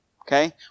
Okay